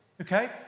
Okay